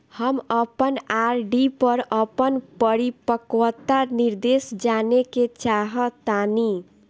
हम अपन आर.डी पर अपन परिपक्वता निर्देश जानेके चाहतानी